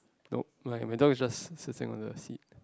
nope like madam is just sitting on the seat